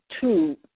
two